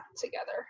together